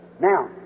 Now